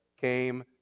came